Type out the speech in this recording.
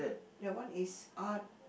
that one is art